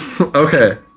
Okay